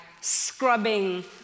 scrubbing